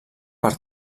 per